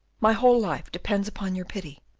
my whole life depends upon your pity.